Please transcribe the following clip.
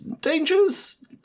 dangers